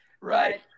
Right